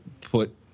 put